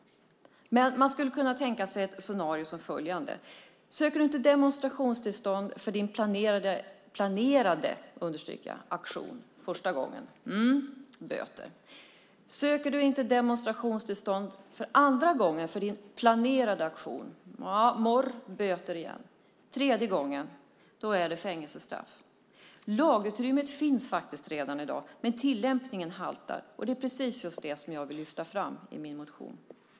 Men man skulle kunna tänka sig följande scenario: Söker du inte demonstrationstillstånd för din planerade aktion första gången blir det böter. Söker du inte demonstationstillstånd för din planerade aktion andra gången blir det morr och böter igen. Tredje gången är det fängelsestraff. Lagutrymmet finns faktiskt redan i dag, men tillämpningen haltar. Det är precis just det som jag vill lyfta fram i min motion.